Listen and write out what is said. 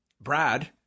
Brad